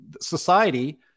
society